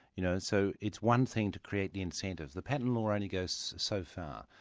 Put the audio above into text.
you know and so it's one thing to create the incentive. the patent law only goes so far.